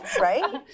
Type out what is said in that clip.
right